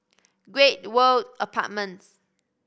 Great World Apartments